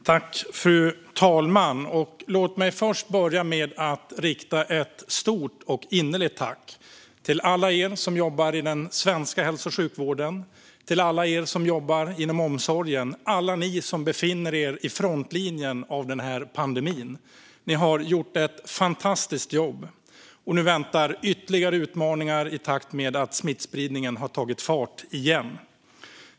Fru talman! Låt mig börja med att rikta ett stort och innerligt tack till alla er som jobbar i den svenska hälso och sjukvården och omsorgen, till alla er som befinner er i frontlinjen av den här pandemin. Ni har gjort ett fantastiskt jobb, och nu väntar ytterligare utmaningar i takt med att smittspridningen återigen tar fart.